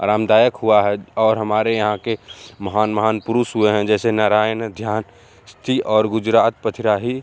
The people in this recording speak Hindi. आरामदायक हुआ है और हमारे यहाँ के महान महान पुरुष हुए हैं जैसे नारायण ध्यान और गुजरात पथिराही